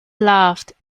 laughed